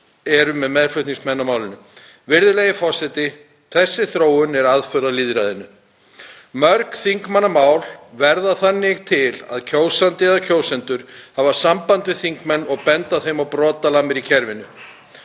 eru meðflutningsmenn á málinu. Virðulegi forseti. Þessi þróun er aðför að lýðræðinu. Mörg þingmannamál verða þannig til að kjósandi eða kjósendur hafa samband við þingmenn og benda þeim á brotalamir í kerfinu.